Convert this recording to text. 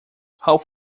hope